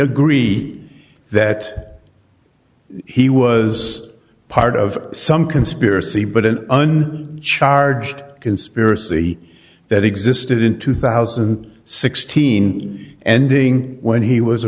agree that he was part of some conspiracy but an undue charged conspiracy that existed in two thousand and sixteen ending when he was